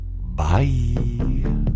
Bye